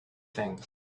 things